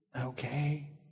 okay